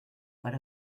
per